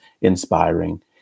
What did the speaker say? inspiring